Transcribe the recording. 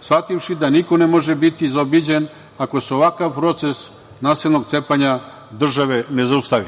shvativši da niko ne može biti zaobiđen, ako se ovakav proces nasilnog cepanja države ne